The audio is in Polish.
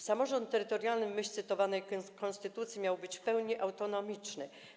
Samorząd terytorialny w myśl cytowanej konstytucji miał być w pełni autonomiczny.